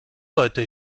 leute